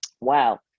Wow